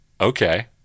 Okay